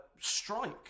strike